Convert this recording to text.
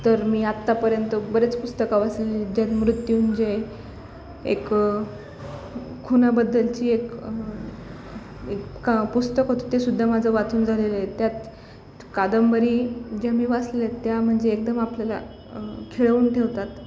तर मी आत्तापर्यंत बरेच पुस्तकं वाचलेली दन मृत्युंजय म्हणजे एक खुनाबद्दलची एक एक का पुस्तक होत तेसुद्धा माझं वाचून झालेलं आहे त्यात कादंबरी ज्या मी वाचलेले आहेत त्या म्हणजे एकदम आपल्याला खिळवून ठेवतात